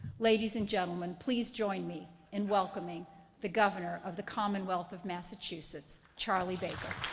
ladies and gentlemen, please join me in welcoming the governor of the commonwealth of massachusetts, charlie baker.